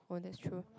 for next true